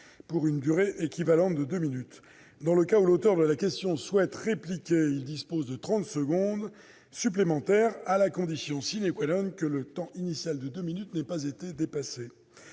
pour une durée équivalente. Dans le cas où l'auteur de la question souhaite répliquer, il dispose de trente secondes supplémentaires à la condition que le temps initial de deux minutes n'ait pas été dépassé.